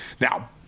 Now